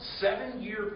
seven-year